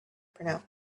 pronounce